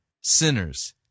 sinners